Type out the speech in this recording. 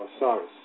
Osiris